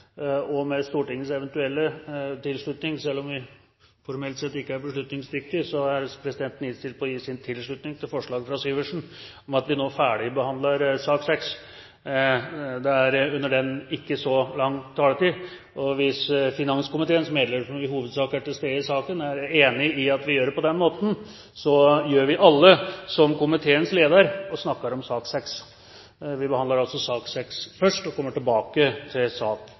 6. Med Stortingets eventuelle tilslutning, selv om vi formelt sett ikke er beslutningsdyktige, er presidenten innstilt på å gi sin tilslutning til forslaget fra representanten Syversen om at vi nå ferdigbehandler sak nr. 6. Under den saken er det ikke så lang taletid. Hvis finanskomiteens medlemmer, som i hovedsak er til stede i salen, er enig i at vi gjør det på denne måten, gjør vi alle som komiteens leder, og snakker om sak nr. 6 – og kommer tilbake til sak